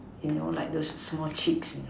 you know like those small chicks you know